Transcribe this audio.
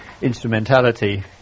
instrumentality